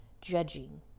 judging